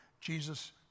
Jesus